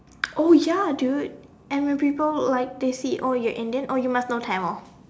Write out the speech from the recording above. ya dude and when people like they see you're Indian you must know Tamil